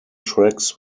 tracks